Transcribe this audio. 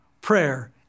prayer